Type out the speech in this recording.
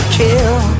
kill